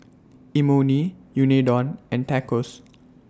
Imoni Unadon and Tacos